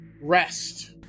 rest